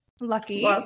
Lucky